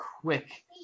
quick